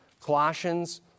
Colossians